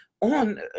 on –